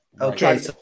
Okay